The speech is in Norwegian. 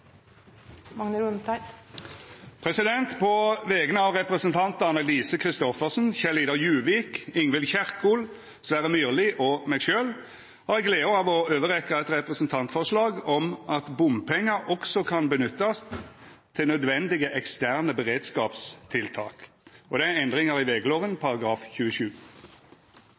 representantforslag. På vegner av stortingsrepresentantane Lise Christoffersen, Kjell-Idar Juvik, Ingvild Kjerkol, Sverre Myrli og meg sjølv har eg gleda av å overrekkja eit representantforslag om at bompengar også kan nyttast til nødvendige, eksterne beredskapstiltak, og det er ei endring av veglova § 27.